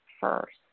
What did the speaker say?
first